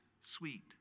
sweet